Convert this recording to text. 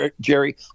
Jerry